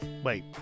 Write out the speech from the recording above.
Wait